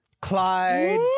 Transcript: Clyde